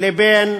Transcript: לבין